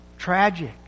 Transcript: tragic